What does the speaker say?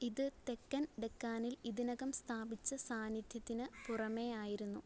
ഇത് തെക്കൻ ഡെക്കാനിൽ ഇതിനകം സ്ഥാപിച്ച സാന്നിധ്യത്തിന് പുറമേ ആയിരുന്നു